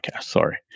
sorry